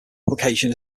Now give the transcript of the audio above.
publication